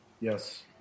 Yes